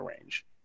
range